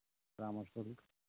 Rameshwari